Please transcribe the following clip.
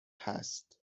هست